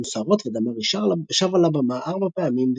סוערות ודמארי שבה לבמה ארבע פעמים,